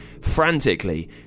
Frantically